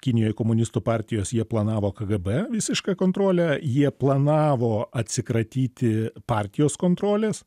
kinijoj komunistų partijos jie planavo kgb visišką kontrolę jie planavo atsikratyti partijos kontrolės